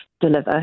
deliver